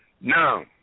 Now